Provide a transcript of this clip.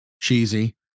cheesy